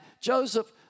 Joseph